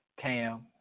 Cam